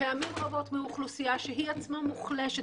פעמים רבות מאוכלוסייה שהיא עצמה מוחלשת